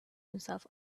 himself